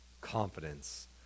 confidence